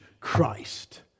Christ